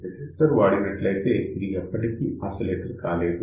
resistor వాడినట్లయితే ఇది ఎప్పటికీ ఆసిలేటర్ కాలేదు